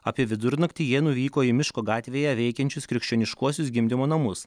apie vidurnaktį jie nuvyko į miško gatvėje veikiančius krikščioniškuosius gimdymo namus